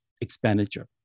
expenditure